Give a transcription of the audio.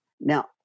Now